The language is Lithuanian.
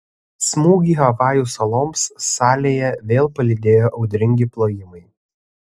smūgį havajų saloms salėje vėl palydėjo audringi plojimai